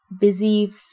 busy